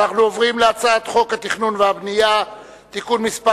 אנחנו עוברים להצעת חוק התכנון והבנייה (תיקון מס'